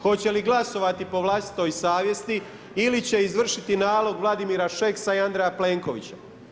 Hoće li glasovati po vlastitoj savjesti ili će izvršiti nalog Vladimira Šeksa i Andreja Plenkovića.